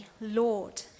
Lord